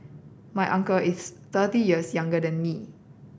my uncle is thirty years younger than me